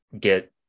get